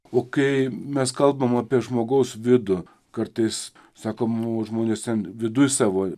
o kai mes kalbam apie žmogaus vidų kartais sako nu žmonės ten viduj savo